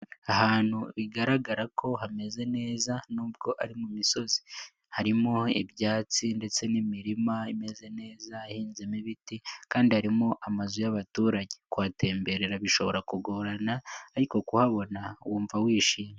Ahantu bigaragara ko hameze neza nubwo ari mu misozi, harimo ibyatsi ndetse n'imirima imeze neza ihinzemo ibiti kandi harimo amazu y'abaturage, kuhatemberera bishobora kugorana ariko kuhabona wumva wishimye.